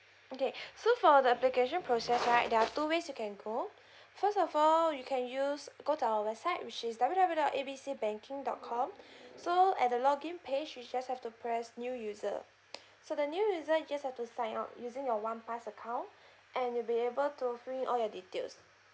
okay so for the application process right there are two ways you can go first of all you can use go to our website which is W_W_W A B C banking dot com so at the login page you just have to press new user so the new user you just have to sign up using your one pass account and you'll be able to fill in all your details